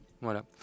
Voilà